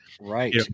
right